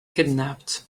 kidnapped